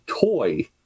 toy